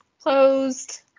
closed